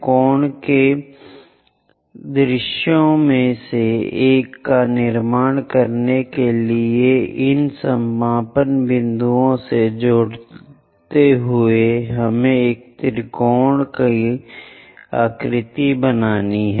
कोण के विचारों में से एक का निर्माण करने के लिए इन समापन बिंदुओं से जुड़ें जो एक त्रिकोण की तरह दिखता है